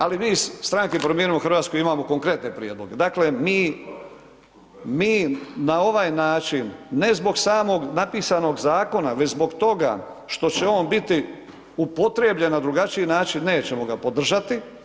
Ali mi iz Stranke Promijenimo Hrvatsku imamo konkretne prijedloge, dakle mi, mi na ovaj način, ne zbog samog napisanog zakona, već zbog toga što će on biti upotrijebljen na drugačiji način nećemo ga podržati.